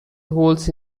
holds